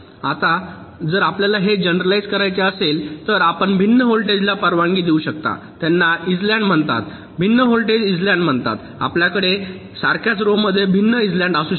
आता जर आपल्याला हे जेनरलाइज करायचे असेल तर आपण भिन्न व्होल्टेजला परवानगी देऊ शकता त्यांना इसलँड म्हणतात भिन्न व्होल्टेज इसलँड म्हणतात आपल्याकडे सारख्याच रो मध्ये भिन्न इसलँड असू शकतात